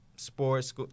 sports